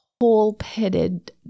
hole-pitted